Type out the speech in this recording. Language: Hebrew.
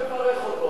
על מה אתה מברך אותו?